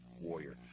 warrior